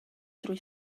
drwy